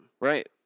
Right